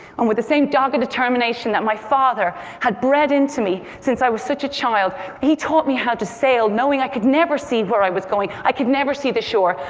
and with the same dogged determination that my father had bred into me since i was such a child he taught me how to sail, knowing i could never see where i was going, i could never see the shore,